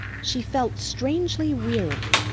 she felt strangely weary.